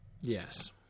Yes